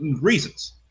reasons